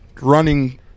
running